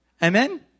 Amen